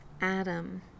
Adam